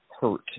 hurt